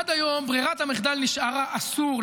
עד היום ברירת המחדל נשארה אסור,